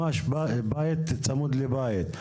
ממש בית צמוד לבית.